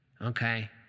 okay